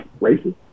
Racist